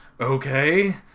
Okay